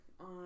on